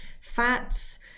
fats